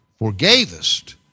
forgavest